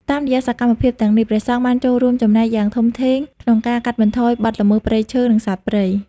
តាមរយៈសកម្មភាពទាំងនេះ ព្រះសង្ឃបានចូលរួមចំណែកយ៉ាងធំធេងក្នុងការកាត់បន្ថយបទល្មើសព្រៃឈើ និងសត្វព្រៃ។